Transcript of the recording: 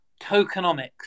tokenomics